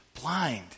blind